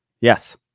yes